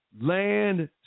Land